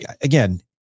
Again